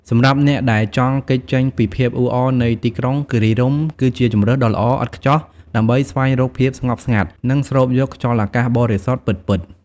សម្រាប់អ្នកដែលចង់គេចចេញពីភាពអ៊ូអរនៃទីក្រុង គិរីរម្យគឺជាជម្រើសដ៏ល្អឥតខ្ចោះដើម្បីស្វែងរកភាពស្ងប់ស្ងាត់ និងស្រូបយកខ្យល់អាកាសបរិសុទ្ធពិតៗ។